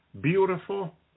beautiful